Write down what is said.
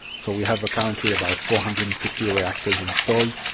so we have currently about four hundred and fifty reactors installed.